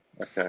Okay